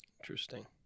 Interesting